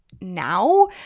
now